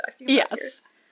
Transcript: Yes